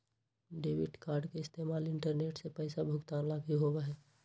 debit card के इस्तेमाल internet से पैसा भुगतान ला भी होबा हई